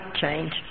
change